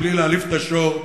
בלי להעליב את השור,